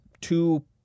two